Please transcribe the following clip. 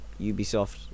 ubisoft